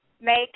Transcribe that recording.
make